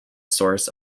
source